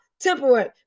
temporary